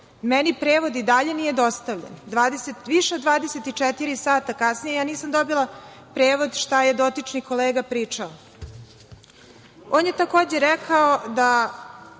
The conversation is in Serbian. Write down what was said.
Meni prevod i dalje nije dostavljen. Više od 24 sata kasnije nisam dobila prevod šta je dotični kolega pričao. On je takođe rekao da